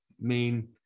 main